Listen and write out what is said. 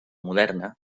moderna